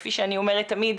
כפי שאני אומרת תמיד,